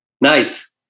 Nice